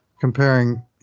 comparing